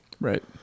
Right